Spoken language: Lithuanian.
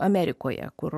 amerikoje kur